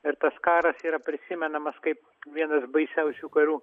ir tas karas yra prisimenamas kaip vienas baisiausių karų